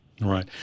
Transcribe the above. Right